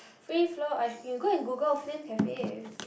free flow ice cream go and Google Flame Cafe